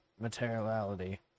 materiality